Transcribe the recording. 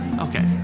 Okay